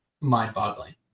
mind-boggling